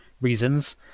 reasons